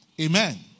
Amen